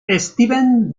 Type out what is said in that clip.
steven